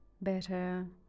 better